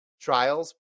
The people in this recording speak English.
trials